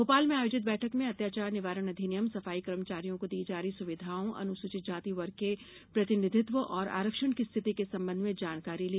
भोपाल में आयोजित बैठक में अत्याचार निवारण अधिनियम सफाई कर्मचारियों को दी जा रही सुविधाओं अनुसूचित जाति वर्ग के प्रतिनिधित्व और आरक्षण की स्थिति के संबंध में भी जानकारी ली